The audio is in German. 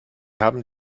haben